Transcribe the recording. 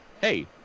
hey